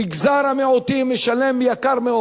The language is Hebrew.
מגזר המיעוטים משלם מאוד ביוקר.